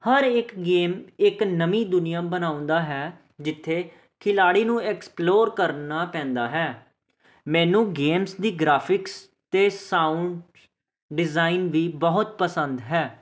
ਹਰ ਇੱਕ ਗੇਮ ਇੱਕ ਨਵੀਂ ਦੁਨੀਆ ਬਣਾਉਂਦਾ ਹੈ ਜਿੱਥੇ ਖਿਲਾੜੀ ਨੂੰ ਐਕਸਪਲੋਰ ਕਰਨਾ ਪੈਂਦਾ ਹੈ ਮੈਨੂੰ ਗੇਮਸ ਦੀ ਗ੍ਰਾਫਿਕਸ ਅਤੇ ਸਾਊਂਡ ਡਿਜ਼ਾਇਨ ਵੀ ਬਹੁਤ ਪਸੰਦ ਹੈ